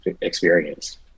experience